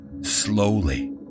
Slowly